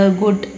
good